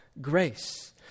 grace